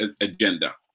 agenda